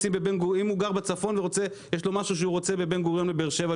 אם הוא גר בצפון ויש לו משהו שהוא רוצה ללמוד בבן גוריון בבאר שבע,